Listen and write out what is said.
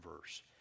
verse